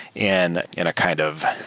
in in a kind of